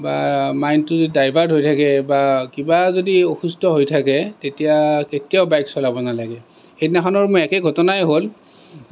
বা মাইণ্ডটো যদি ডাইভাৰ্ট থাকে বা কিবা যদি অসুস্থ হৈ থাকে তেতিয়া কেতিয়াও বাইক চলাব নালাগে সেইদিনাখনো মোৰ একে ঘটনাই হ'ল